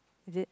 is it